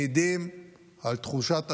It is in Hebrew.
מעיד על תחושת השליחות,